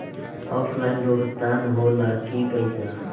Offline भुगतान हो ला कि पईसा?